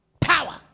power